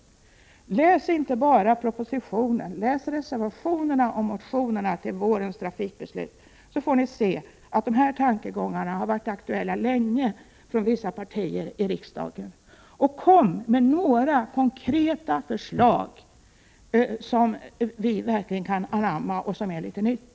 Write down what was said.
Läs inte bara propositionen, utan läs också reservationerna och motionerna i anslutning till vårens trafikbeslut! Då får ni se att här framförda tankar har varit aktuella länge från vissa riksdagspartiers sida. Kom alltså med några konkreta förslag som vi verkligen kan anamma och som är något nytt!